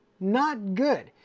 not good,